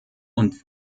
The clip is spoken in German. und